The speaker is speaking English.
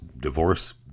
divorce